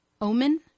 Omen